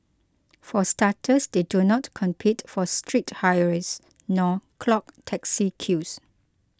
for starters they do not compete for street hires nor clog taxi queues